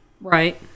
Right